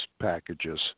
packages